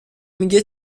میگه